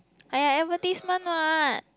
!aiya! ever this month what